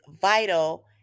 vital